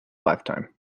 lifetime